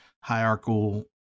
hierarchical